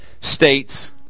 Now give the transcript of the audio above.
states